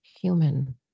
human